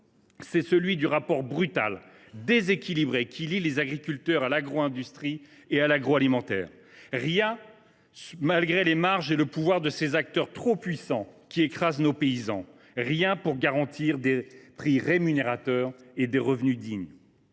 c’est celui du rapport brutal, déséquilibré, qui lie les agriculteurs à l’agro industrie et à l’agroalimentaire. Rien n’est prévu malgré les marges et le pouvoir de ces acteurs trop puissants qui écrasent nos paysans ; rien pour garantir des prix rémunérateurs et des revenus dignes.